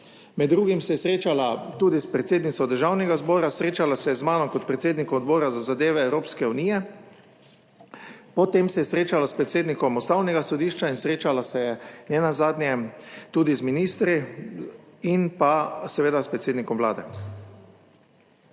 med drugim se je srečala tudi s predsednico Državnega zbora, srečala se je z mano kot predsednico Odbora za zadeve Evropske unije. Potem se je srečala s predsednikom Ustavnega sodišča in srečala se je nenazadnje tudi z ministri in pa seveda s predsednikom Vlade.